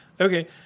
okay